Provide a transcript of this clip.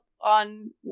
on